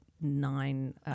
nine